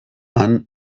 han